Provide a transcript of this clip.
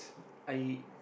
I